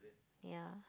ya